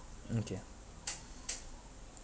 mm K yeah